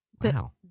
Wow